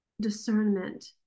discernment